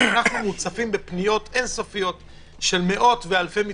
אנחנו מוצפים בפניות אין-סופיות של מאות ואלפי מתמחים,